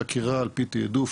חקירה על פי תיעדוף,